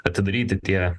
atidaryti tie